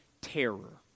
terror